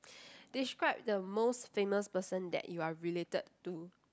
describe the most famous person that you are related to